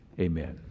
Amen